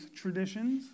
traditions